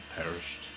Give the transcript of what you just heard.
perished